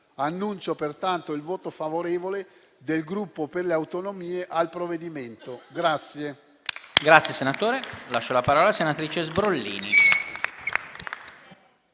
Annuncio pertanto il voto favorevole del Gruppo per le Autonomie al provvedimento in